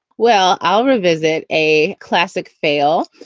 well, i'll revisit a classic fail.